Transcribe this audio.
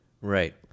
Right